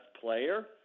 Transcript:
player